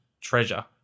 treasure